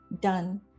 done